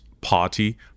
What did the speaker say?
Party